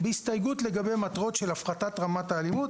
בהסתייגות לגבי מטרות של הפחתת רמת האלימות